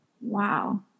Wow